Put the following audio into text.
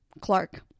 Clark